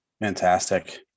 Fantastic